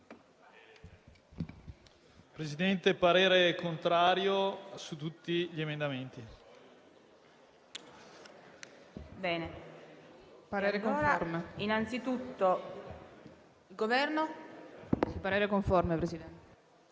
Presidente, esprimo parere contrario su tutti gli emendamenti.